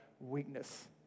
weakness